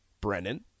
Brennan